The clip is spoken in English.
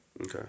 Okay